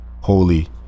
holy